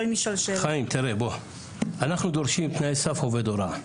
חיים, תראה, אנחנו דורשים תנאי סף עובד הוראה.